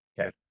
Okay